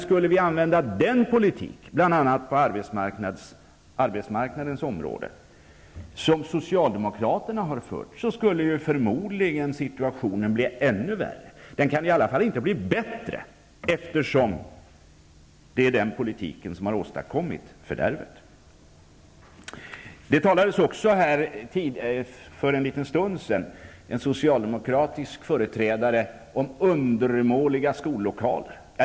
Skulle vi använda den politik som socialdemokraterna har fört, bl.a. på arbetsmarknadens område, så skulle förmodligen situationen bli ännu värre. Den skulle i alla fall inte kunna bli bättre, eftersom det är den politiken som har åstadkommit fördärvet. En socialdemokratisk företrädare talade för en liten stund sedan om undermåliga skollokaler.